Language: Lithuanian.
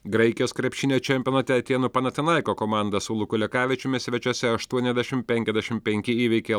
graikijos krepšinio čempionate atėnų panatinaiko komanda su luku lekavičiumi svečiuose aštuoniasdešimt pekiasdešimt penki įveikė